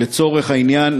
לצורך העניין,